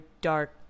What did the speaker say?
dark